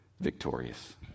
victorious